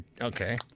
Okay